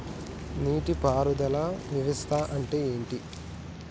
నీటి పారుదల వ్యవస్థ అంటే ఏంటి?